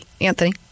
Anthony